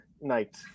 night